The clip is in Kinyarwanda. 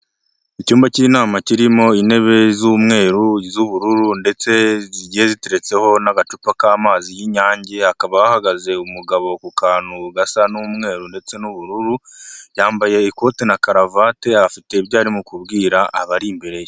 Icyumba cy'inama kirimo intebe z'umweru, iz'ubururu ndetse zigiye ziteretseho n'agacupa k'amazi y'inyange, hakaba hahagaze umugabo ku kantu gasa n'umweru ndetse n'ubururu yambaye ikote na karavate afite ibyo arimo kubwira abari imbere ye.